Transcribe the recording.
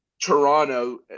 Toronto